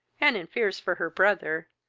and in fears for her brother,